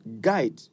guide